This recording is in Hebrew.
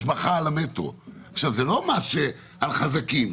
השבחה על המטרו זה לא מס על החזקים,